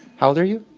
how old are you?